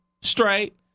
Straight